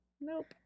Nope